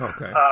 Okay